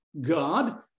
God